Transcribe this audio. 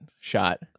shot